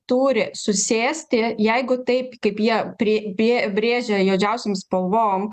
turi susėsti jeigu taip kaip jie prie bė brėžia juodžiausiom spalvom